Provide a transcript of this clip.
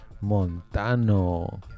Montano